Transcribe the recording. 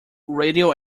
radio